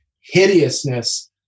hideousness